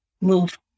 move